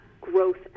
growth